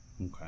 Okay